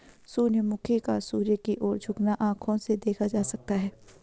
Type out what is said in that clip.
सूर्यमुखी का सूर्य की ओर झुकना आंखों से देखा जा सकता है